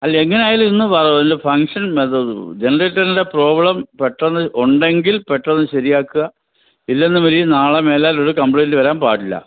അതിലെങ്ങനായാലും ഇന്ന് ഇന്ന് ഫങ്ക്ഷന് അത് ജനറേറ്ററിലെ പ്രോബ്ലം പെട്ടന്ന് ഉണ്ടെങ്കിൽ പെട്ടന്ന് ശരിയാക്കുക ഇല്ലെന്നുണ്ടെങ്കിൽ നാളെ മേലാൽ ഒരു കംപ്ലെയിൻ്റ് വരാൻ പാടില്ല